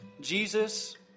Jesus